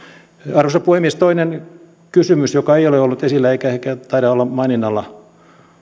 arvoisa puhemies toinen kysymys joka ei ole ollut esillä eikä ehkä taida olla maininnalla